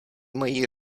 mají